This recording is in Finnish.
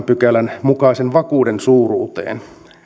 pykälän mukaisen vakuuden suuruuteen